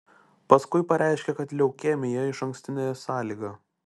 paskui pareiškė kad leukemija išankstinė sąlyga